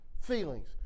feelings